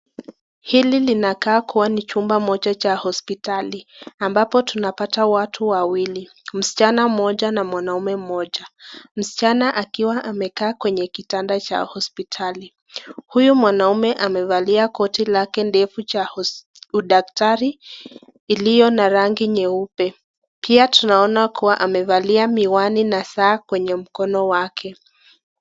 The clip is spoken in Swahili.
Hili linakaa kuwa ni chumba moja cha hospitali, ambapo tunapata watu wawili, msichana mmoja na mwanaume mmoja, msichana akiwa amekaa kwenye kitanda cha hospitali. Huyu mwanaume amevalia koti lake ndefu cha udaktari iliyo na rangi nyeupe. Pia tunaona kuwa amevalia miwani na saa kwenye mkono wake.